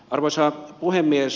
arvoisa puhemies